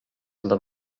dla